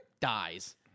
dies